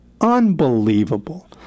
Unbelievable